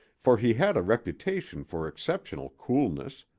for he had a reputation for exceptional coolness,